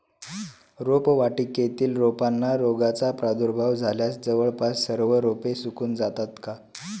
रोपवाटिकेतील रोपांना रोगाचा प्रादुर्भाव झाल्यास जवळपास सर्व रोपे सुकून जातात का?